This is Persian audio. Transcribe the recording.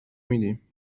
میدیم